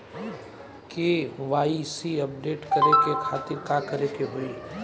KYC update करे के खातिर का करे के होई?